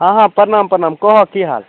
हँ हँ प्रणाम प्रणाम कहू की हाल